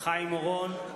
חיים אורון,